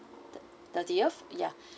thirtieth yeah